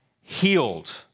healed